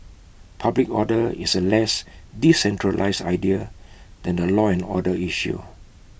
public order is A less decentralised idea than A law and order issue